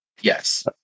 Yes